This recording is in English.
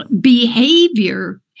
behavior